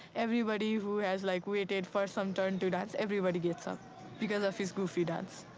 everybody who has, like, waited for some turn to dance, everybody gets up because of his goofy dance.